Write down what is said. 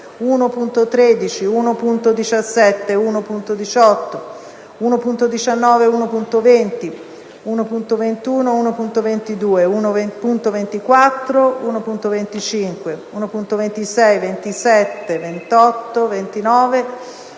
1.13, 1.17, 1.18, 1.19, 1.20, 1.21, 1.22, 1.24, 1.25, 1.26, 1.27, 1.28, 1.29,